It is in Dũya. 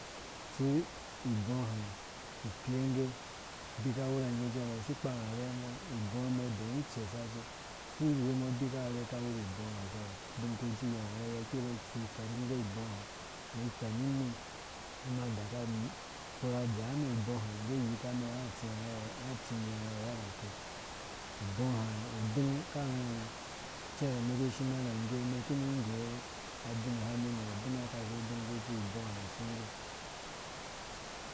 Itsu ibɔɔ hã ikpe nge abika wuna nge cɛrɛ si kpang arɛ mbo ibɔɔ mɛɛ dɛ itsesa cɛ si wumbɔ bika ibɔɔ ha cɛrɛ binku irhu rhã kiba tsĩ ifɛrh kinge ibɔɔ mɛn fɛnu num ngã mã. daka furha dza mɛn ibɔɔ hã ubin akarhãrhã cɛrɛ mɛn ki shimɛn na ngge mɛn kinĩ goi abin gha mɛn ni gha abin ubin kutsu ibɔɔ ha shinge